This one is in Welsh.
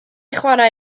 chwarae